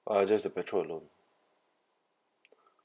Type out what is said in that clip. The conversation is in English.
uh just the petrol alone